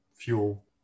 fuel